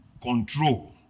control